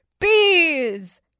bees